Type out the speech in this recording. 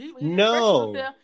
No